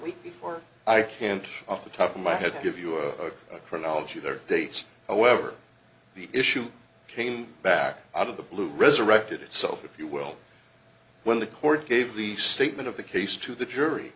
week before i can't off the top of my head give you a chronology there dates however the issue came back out of the blue resurrected itself if you will when the court gave the statement of the case to the jury